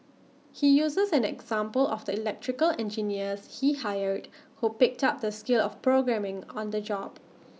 he uses an example of the electrical engineers he hired who picked up the skill of programming on the job